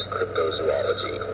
Cryptozoology